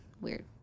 Weird